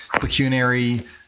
pecuniary